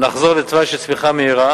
נחזור לתוואי של צמיחה מהירה,